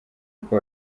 uko